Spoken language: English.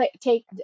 take